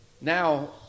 Now